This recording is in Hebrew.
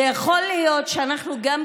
יכול להיות שאנחנו גם,